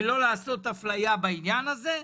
ולא לעשות אפליה בעניין הזה.